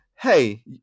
hey